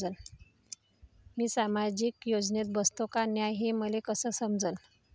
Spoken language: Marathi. मी सामाजिक योजनेत बसतो का नाय, हे मले कस समजन?